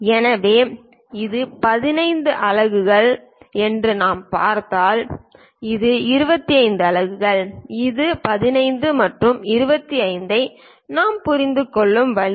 எனவே இது 15 அலகுகள் என்று நாம் பார்த்தால் இது 25 அலகுகள் இது 15 மற்றும் 25 ஐ நாம் புரிந்துகொள்ளும் வழி